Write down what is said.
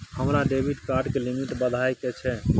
हमरा debit card के limit बढावा के छै